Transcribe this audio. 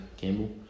Campbell